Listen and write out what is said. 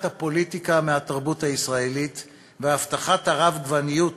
הפוליטיקה מהתרבות הישראלית והבטחת הרבגוניות